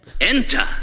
enter